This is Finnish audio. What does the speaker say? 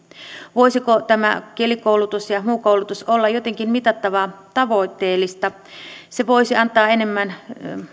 voisiko tämä kielikoulutus ja muu koulutus olla jotenkin mitattavaa tavoitteellista se voisi antaa enemmän